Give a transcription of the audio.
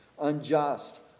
unjust